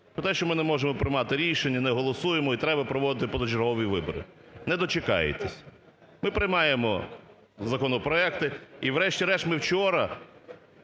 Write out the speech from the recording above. про те, що ми не можемо приймати рішення, не голосуємо і треба проводити позачергові вибори. Не дочекаєтесь. Ми приймаємо законопроекти. І врешті-решт ми вчора